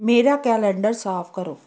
ਮੇਰਾ ਕੈਲੰਡਰ ਸਾਫ਼ ਕਰੋ